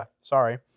sorry